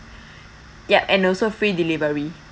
ya and also free delivery